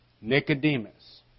Nicodemus